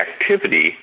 activity